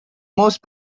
most